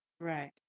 Right